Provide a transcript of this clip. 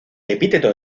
epíteto